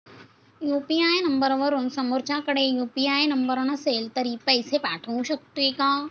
UPI नंबरवरून समोरच्याकडे UPI number नसेल तरी पैसे पाठवू शकते का?